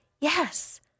Yes